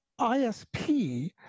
ISP